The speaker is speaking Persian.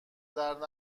درد